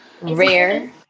rare